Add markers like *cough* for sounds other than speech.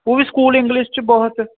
*unintelligible* school English 'ਚ ਬਹੁਤ